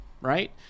right